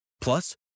Plus